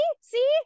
see